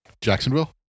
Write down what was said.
jacksonville